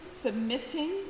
submitting